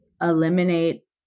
eliminate